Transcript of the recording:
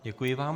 Děkuji vám.